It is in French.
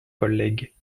collègue